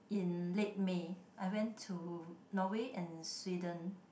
in late May I went to Norway and Sweden